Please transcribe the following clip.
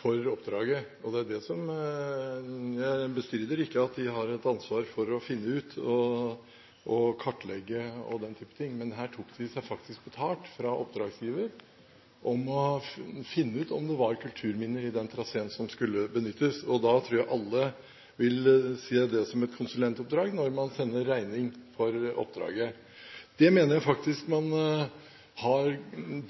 for oppdraget. Jeg bestrider ikke at de har et ansvar for å finne ut, kartlegge og den type ting, men her tok de seg faktisk betalt fra oppdragsgiver for å finne ut om det var kulturminner i den traseen som skulle benyttes. Jeg tror alle vil se det som et konsulentoppdrag når man sender regning for oppdraget. Det mener jeg faktisk man